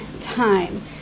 time